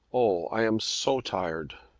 oh, i am so tired.